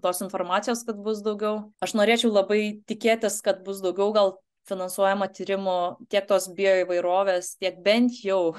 tos informacijos kad bus daugiau aš norėčiau labai tikėtis kad bus daugiau gal finansuojama tyrimų tiek tos bioįvairovės tiek bent jau